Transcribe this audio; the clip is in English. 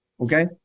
Okay